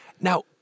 Now